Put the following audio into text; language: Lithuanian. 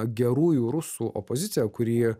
gerųjų rusų opozicija kuri